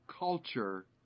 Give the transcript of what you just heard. culture